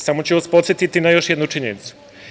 Samo ću vas podsetiti na još jednu činjenicu.